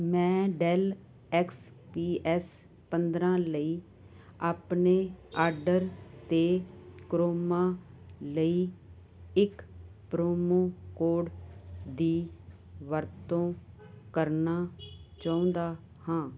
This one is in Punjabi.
ਮੈਂ ਡੈੱਲ ਐਕਸ ਪੀ ਐੱਸ ਪੰਦਰਾਂ ਲਈ ਆਪਣੇ ਆਰਡਰ 'ਤੇ ਕਰੋਮਾ ਲਈ ਇੱਕ ਪ੍ਰੋਮੋ ਕੋਡ ਦੀ ਵਰਤੋਂ ਕਰਨਾ ਚਾਹੁੰਦਾ ਹਾਂ